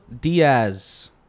Diaz